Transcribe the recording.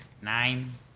Nine